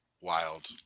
Wild